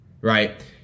right